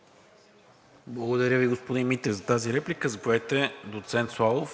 Благодаря Ви, господин Митев, за тази реплика. Заповядайте, доцент Славов,